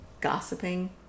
Gossiping